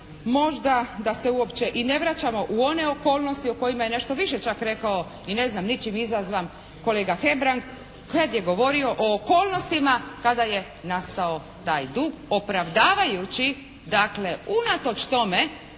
možda da se uopće i ne vraćamo u one okolnosti o kojima je nešto čak rekao i ne znam ničim izazvan kolega Hebrang kad je govorio o okolnostima kada je nastao taj dug opravdavajući dakle unatoč tome